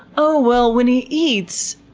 oh, well, when he eats,